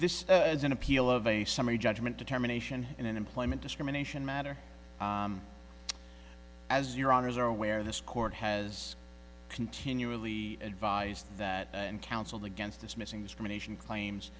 this is an appeal of a summary judgment determination in an employment discrimination matter as your honour's are aware this court has continually advised that and counseled against dismissing discrimination claims